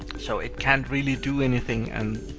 so it can't really do anything, and